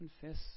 confess